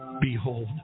Behold